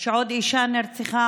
שעוד אישה נרצחה,